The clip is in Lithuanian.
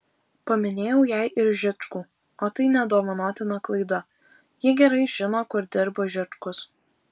paminėjau jai ir žičkų o tai nedovanotina klaida ji gerai žino kur dirba žičkus